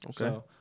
Okay